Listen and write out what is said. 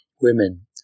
Women